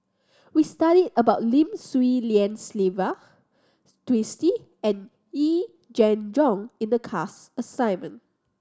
we studied about Lim Swee Lian Sylvia Twisstii and Yee Jenn Jong in the class assignment